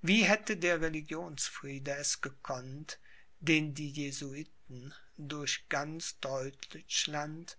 wie hätte der religionsfriede es gekonnt den die jesuiten durch ganz deutschland